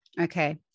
Okay